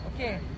Okay